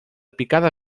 picada